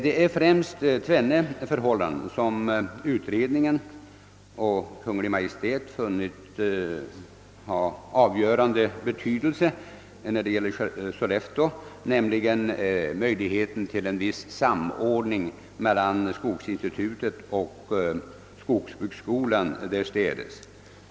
Det är främst tvenne förhållanden som utredningen och Kungl. Maj:t funnit ha avgörande betydelse när det gäller Sollefteå, nämligen möjligheten till en viss samordning mellan skogsinstitutet och skogsbruksskolan därstädes.